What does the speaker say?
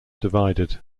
divided